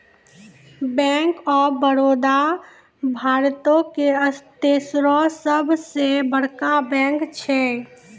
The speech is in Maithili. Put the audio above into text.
बैंक आफ बड़ौदा भारतो के तेसरो सभ से बड़का बैंक छै